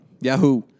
Yahoo